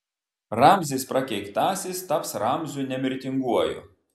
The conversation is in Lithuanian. ramzis prakeiktasis taps ramziu nemirtinguoju